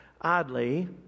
Oddly